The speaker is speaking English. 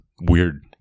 weird